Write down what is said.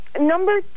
number